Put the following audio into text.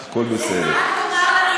תודה, תודה.